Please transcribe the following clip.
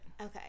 Okay